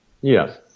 Yes